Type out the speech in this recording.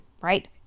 right